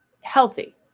healthy